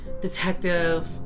detective